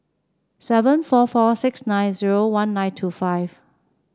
seven four four six nine zero one nine two five